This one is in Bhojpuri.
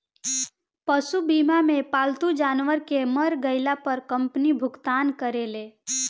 पशु बीमा मे पालतू जानवर के मर गईला पर कंपनी भुगतान करेले